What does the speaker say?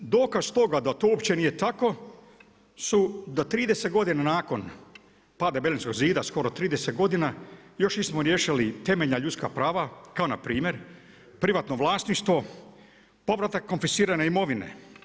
Dokaz toga da to uopće nije tako su da 30 godina nakon pada Berlinskog zida, skoro 30 godina još nismo riješili temeljna ljudska prava kao na primjer privatno vlasništvo, povratak konfiscirane imovine.